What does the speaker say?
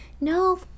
no